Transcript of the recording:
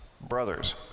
brothers